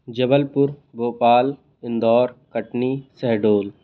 Jabalpur Bhopal Indore Katni Shahdol